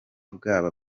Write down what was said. bwaba